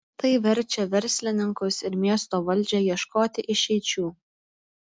tai verčia verslininkus ir miesto valdžią ieškoti išeičių